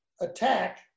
attack